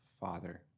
Father